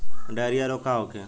Diarrhoea रोग का होखे?